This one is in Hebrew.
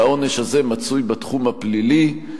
והעונש הזה מצוי בתחום הפלילי.